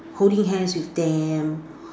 holding hands with them